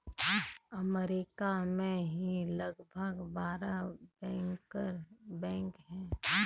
अमरीका में ही लगभग बारह बैंकर बैंक हैं